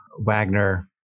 Wagner